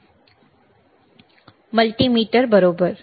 multimeter बरोबर